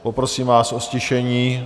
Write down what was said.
Poprosím vás o ztišení...